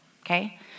okay